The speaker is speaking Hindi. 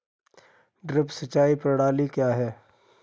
ड्रिप सिंचाई प्रणाली क्या है?